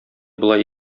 болай